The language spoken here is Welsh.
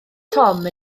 tom